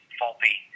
faulty